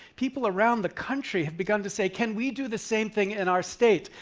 people around the country have begun to say, can we do the same thing in our state?